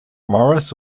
morris